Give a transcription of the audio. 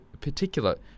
particular